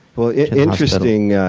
well, interesting